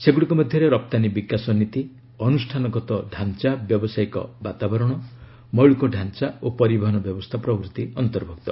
ସେଗୁଡ଼ିକ ମଧ୍ୟରେ ରପ୍ତାନୀ ବିକାଶ ନୀତି ଅନୁଷ୍ଠାନଗତ ଢାଞ୍ଚା ବ୍ୟବସାୟିକ ବାତାବରଣ ମୌଳିକ ଢାଞ୍ଚା ଓ ପରିବହନ ବ୍ୟବସ୍ଥା ଅନ୍ତର୍ଭୁକ୍ତ